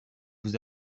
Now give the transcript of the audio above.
vous